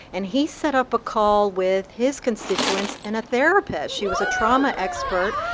and he set up a call with his constituents and a therapist. she was a trauma expert.